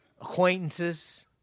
acquaintances